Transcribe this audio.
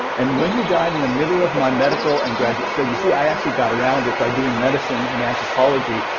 and when he died in the middle of my medical and graduate studies so you see, i actually got around it by doing medicine and anthropology.